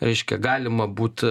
reiškia galima būt